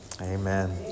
Amen